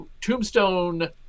Tombstone